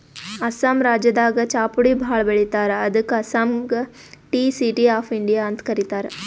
ಅಸ್ಸಾಂ ರಾಜ್ಯದಾಗ್ ಚಾಪುಡಿ ಭಾಳ್ ಬೆಳಿತಾರ್ ಅದಕ್ಕ್ ಅಸ್ಸಾಂಗ್ ಟೀ ಸಿಟಿ ಆಫ್ ಇಂಡಿಯಾ ಅಂತ್ ಕರಿತಾರ್